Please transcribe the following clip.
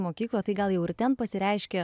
mokykloje tai gal jau ir ten pasireiškė